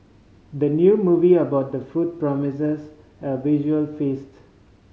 the new movie about food promises a visual feast